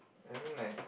I mean like